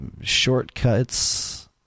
shortcuts